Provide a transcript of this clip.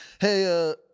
Hey